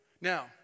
Now